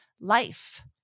life